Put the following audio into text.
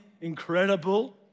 incredible